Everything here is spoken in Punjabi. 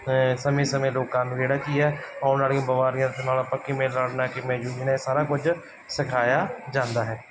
ਸਮੇਂ ਸਮੇਂ ਲੋਕਾਂ ਨੂੰ ਜਿਹੜਾ ਕੀ ਹੈ ਆਉਣ ਵਾਲੀਆਂ ਬਿਮਾਰੀਆਂ ਦੇ ਨਾਲ ਆਪਾਂ ਕਿਵੇਂ ਲੜਨਾ ਕਿਵੇਂ ਜੂਝਣਾ ਇਹ ਸਾਰਾ ਕੁਝ ਸਿਖਾਇਆ ਜਾਂਦਾ ਹੈ